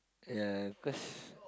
yeah cause